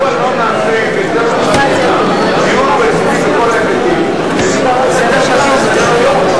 מדוע לא נעשה דיון רציני בכל ההיבטים בהצעה לסדר-היום?